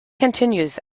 continues